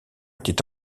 était